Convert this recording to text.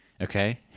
Okay